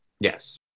Yes